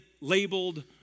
labeled